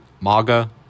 Maga